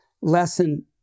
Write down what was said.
lesson